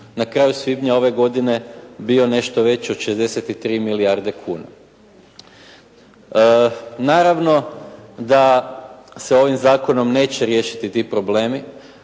na kraju svibnja ove godine bio nešto veći od 63 milijarde kuna. Naravno da se ovim zakonom neće riješiti ti problemi.